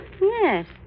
Yes